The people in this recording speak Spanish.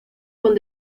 con